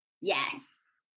Yes